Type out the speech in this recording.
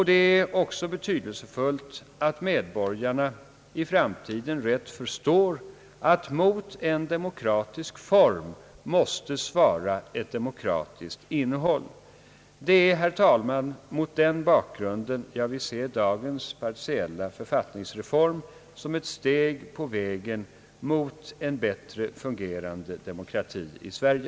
Det är lika betydelsefullt att medborgarna rätt förstår, att mot en demokratisk form måste svara ett demokratiskt innehåll. Det är, herr talman, mot den bakgrunden jag vill se dagens partiella författningsreform som ett steg på vägen mot en bättre fungerande demokrati i Sverige.